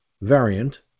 variant